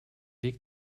weg